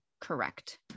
correct